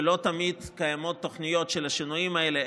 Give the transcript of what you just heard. ולא תמיד קיימות תוכניות של השינויים האלה,